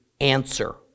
answer